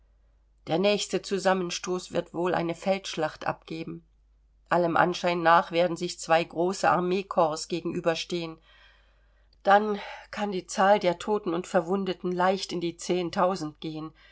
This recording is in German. der nächste zusammenstoß wird wohl eine feldschlacht abgeben allem anschein nach werden sich zwei große armeekorps gegenüberstehen dann kann die zahl der toten und verwundeten leicht in die zehntausend gehen